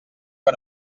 que